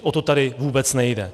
O to tady vůbec nejde.